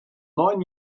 neun